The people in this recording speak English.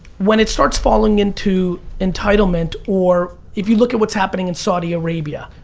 when it starts falling into entitlement or if you look at what's happening in saudi arabia,